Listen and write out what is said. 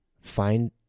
find